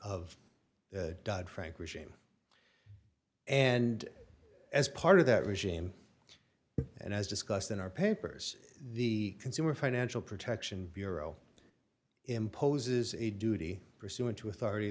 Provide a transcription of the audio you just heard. dodd frank regime and as part of that regime and as discussed in our papers the consumer financial protection bureau imposes a duty pursuant to authority